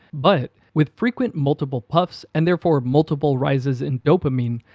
but with frequent multiple puffs and therefore multiple rises in dopamine,